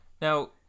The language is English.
Now